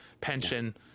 pension